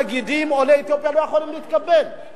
עולי אתיופיה לא יכולים להתקבל באותם תאגידים.